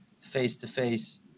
face-to-face